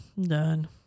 Done